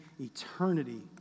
eternity